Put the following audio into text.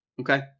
Okay